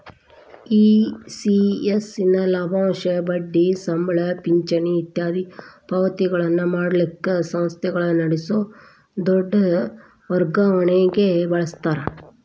ECS ನ ಲಾಭಾಂಶ, ಬಡ್ಡಿ, ಸಂಬಳ, ಪಿಂಚಣಿ ಇತ್ಯಾದಿ ಪಾವತಿಗಳನ್ನ ಮಾಡಲಿಕ್ಕ ಸಂಸ್ಥೆಗಳ ನಡಸೊ ದೊಡ್ ವರ್ಗಾವಣಿಗೆ ಬಳಸ್ತಾರ